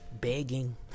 begging